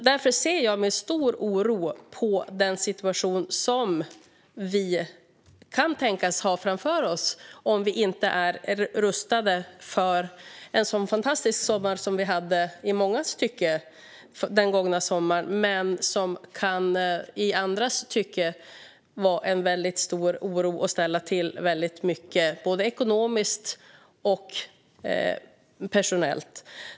Därför ser jag med stor oro på den situation som vi kan tänkas ha framför oss om vi inte är rustade för en sådan fantastisk sommar som vi i mångas tycke hade den gångna sommaren. För andra innebär det en väldigt stor oro, eftersom det kan ställa till väldigt mycket både ekonomiskt och personellt.